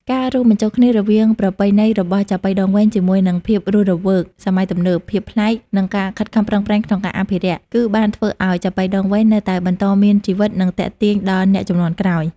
ការរួមបញ្ចូលគ្នារវាងប្រពៃណីរបស់ចាប៉ីដងវែងជាមួយនឹងភាពរស់រវើកសម័យទំនើប ភាពប្លែក និងការខិតខំប្រឹងប្រែងក្នុងការអភិរក្ស គឺបានធ្វើឱ្យចាប៉ីដងវែងនៅតែបន្តមានជីវិត និងទាក់ទាញដល់អ្នកជំនាន់ក្រោយ។